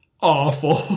awful